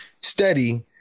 steady